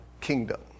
kingdom